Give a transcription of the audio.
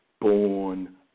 born